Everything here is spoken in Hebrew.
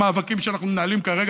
המאבקים שאנחנו מנהלים כרגע,